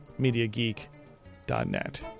MediaGeek.net